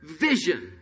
vision